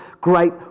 great